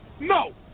No